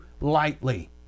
lightly